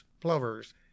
plovers